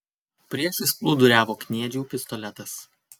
priešais plūduriavo kniedžių pistoletas